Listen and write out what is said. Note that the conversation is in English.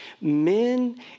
men